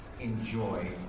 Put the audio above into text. enjoy